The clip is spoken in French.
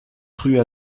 rue